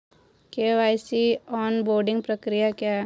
KYC onboarding प्रक्रिया क्या है?